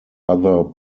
other